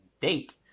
date